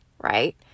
right